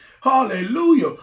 hallelujah